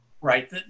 Right